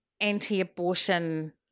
anti-abortion